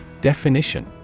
Definition